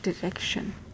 direction